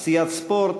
ספורט,